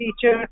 teacher